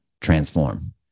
transform